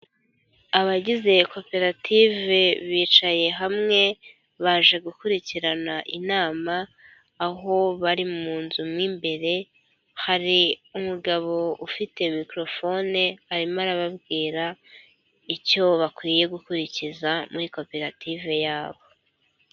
Abagize iyi koperative bicaye hamwe, baje gukurikirana inama aho bari mu inzu mo imbere hari umugabo ufite microhone arimo arababwira icyo bakwiye gukurikiza muri koperative yabo.